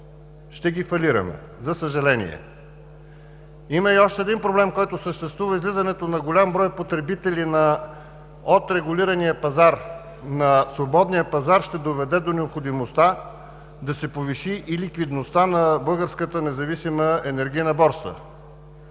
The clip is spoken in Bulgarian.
ще ги фалираме, за съжаление. Има и още един проблем, който съществува – излизането на голям брой потребители от регулирания пазар на свободния пазар ще доведе до необходимостта да се повиши и ликвидността на Българската независима енергийна борса.